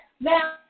now